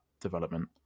development